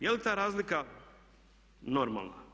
Je li ta razlika normalna?